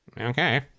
okay